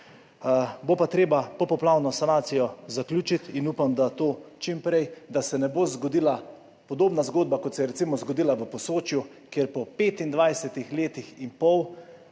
Bo pa treba popoplavno sanacijo zaključiti in upam, da to čim prej, da se ne bo zgodila podobna zgodba, kot se je recimo zgodila v Posočju, kjer po 25 letih in pol